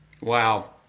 Wow